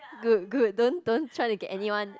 good good don't don't try to get anyone